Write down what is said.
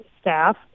staff